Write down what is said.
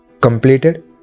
completed